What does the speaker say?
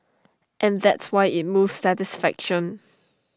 and that's why IT moves satisfaction